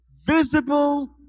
visible